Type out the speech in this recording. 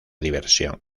diversión